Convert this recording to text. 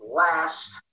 last